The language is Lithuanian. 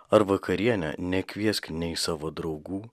ar vakarienę nekviesk nei savo draugų